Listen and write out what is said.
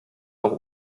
auch